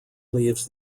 leaves